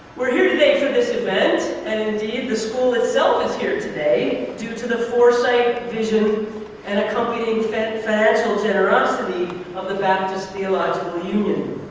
we're here today for this event and indeed the school itself is here today due to the foresight, vision and accompanying financial generosity of the baptist theological union.